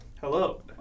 hello